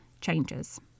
changes